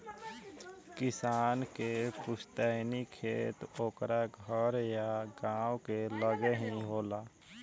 किसान के पुस्तैनी खेत ओकरा घर या गांव के लगे ही होला